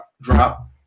drop